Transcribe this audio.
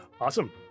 Awesome